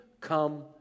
come